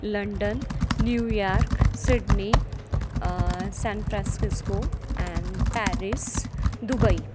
London New York Sydney San Francisco एन् Paris Dubai